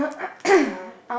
ya